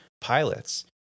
pilots